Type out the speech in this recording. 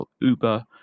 Uber